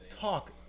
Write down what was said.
talk